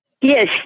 Yes